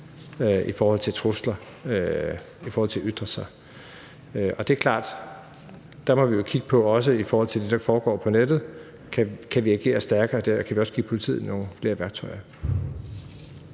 i forhold til trusler i forbindelse med at ytre sig, og det er klart, at der må vi jo også kigge på det, der foregår på nettet: om vi kan agere stærkere der, og om vi også kan give politiet nogle flere værktøjer.